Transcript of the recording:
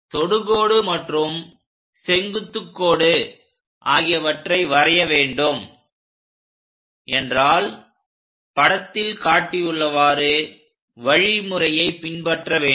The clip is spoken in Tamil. தொடுகோடு மற்றும் செங்குத்து கோடு ஆகியவற்றை வரைய வேண்டும் என்றால் படத்தில் காட்டியுள்ளவாறு வழிமுறையை பின்பற்ற வேண்டும்